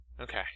Okay